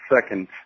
second